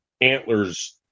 antlers